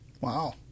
Wow